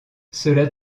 cela